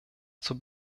zur